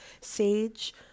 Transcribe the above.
sage